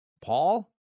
Paul